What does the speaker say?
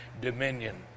dominion